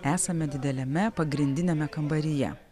esame dideliame pagrindiniame kambaryje